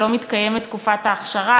כשלא מתקיימת תקופת האכשרה,